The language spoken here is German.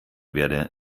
werde